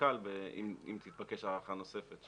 משקל אם תתבקש הארכה נוספת.